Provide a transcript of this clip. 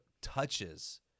touches